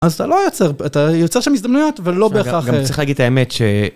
אז אתה לא יוצר, אתה יוצר שם הזדמנויות, אבל לא בהכרח. רגע, אני צריך להגיד את האמת ש...